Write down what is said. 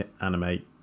animate